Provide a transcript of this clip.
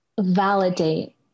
validate